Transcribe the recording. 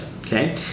okay